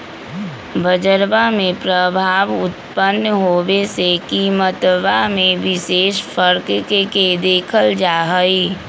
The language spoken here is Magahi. बजरवा में प्रभाव उत्पन्न होवे से कीमतवा में विशेष फर्क के देखल जाहई